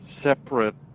separate